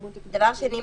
דבר שני,